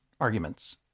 arguments